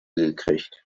gekriegt